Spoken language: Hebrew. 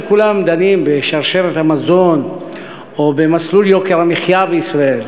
כולם דנים בשרשרת המזון או במסלול יוקר המחיה בישראל,